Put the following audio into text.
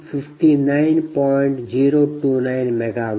029 MW